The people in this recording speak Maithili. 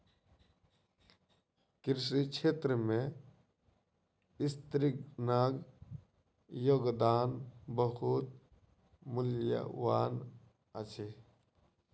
कृषि क्षेत्र में स्त्रीगणक योगदान बहुत मूल्यवान अछि